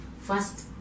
first